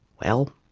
well,